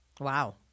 Wow